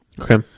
Okay